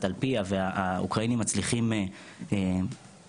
על פיה והאוקראינים מצליחים להתנגד,